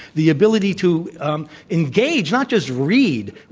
the ability to um engage not just read,